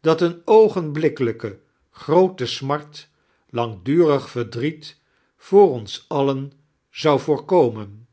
dat eein oogeniblbkkeldjke giroote smart langdtairig verdlriet voor ons alien zou voorkomen